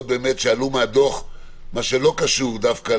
שעלו מהדוח להגיד לגבי מה שלא קשור דווקא